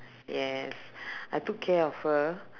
yes I took care of her